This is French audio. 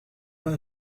pas